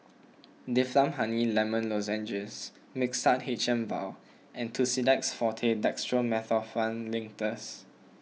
Difflam Honey Lemon Lozenges Mixtard H M Vial and Tussidex forte Dextromethorphan Linctus